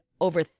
over